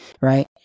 right